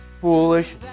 foolish